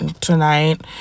tonight